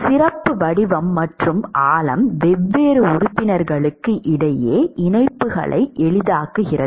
சிறப்பு வடிவம் மற்றும் ஆழம் வெவ்வேறு உறுப்பினர்களுக்கு இடையே இணைப்புகளை எளிதாக்கியது